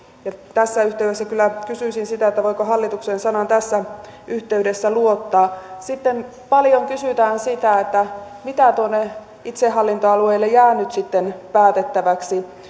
tässä yhteydessä kyllä kysyisin sitä voiko hallituksen sanaan tässä yhteydessä luottaa sitten paljon kysytään sitä mitä tuonne itsehallintoalueille jää nyt sitten päätettäväksi